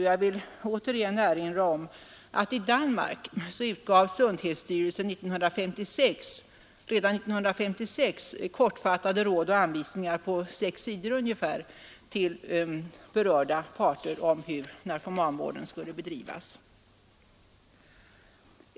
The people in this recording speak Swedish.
Jag vill återigen erinra om att i Danmark utgav Sundhedsstyrelsen redan 1956 kortfattade råd och anvisningar på ungefär sex sidor till berörda parter om hur narkomanvården skulle bedrivas.